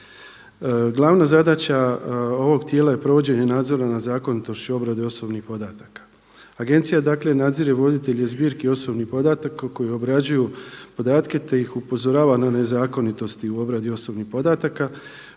Glavna zadaća ovog tijela je provođenje nadzora nad zakonitošću obrade osobnih podataka. Agencija dakle nadzire voditelje zbirki osobnih podataka koji obrađuju podatke, te ih upozorava na nezakonitosti u obradi osobnih podataka